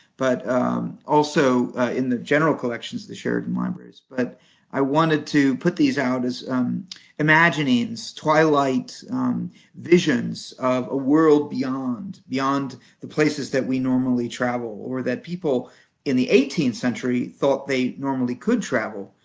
but also in the general collections of the sheridan libraries. but i wanted to put these out as imaginings, twilight visions, of a world beyond beyond the places that we normally travel or that people in the eighteenth century thought they normally could travel,